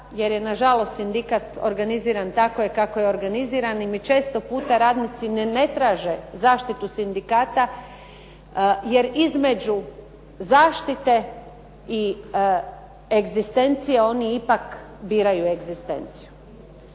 jer je nažalost sindikat organiziran onako kako je organiziran i često puta radnici ne traže zaštitu sindikata, jer između zaštite i egzistencije, oni ipak biraju egzistenciju.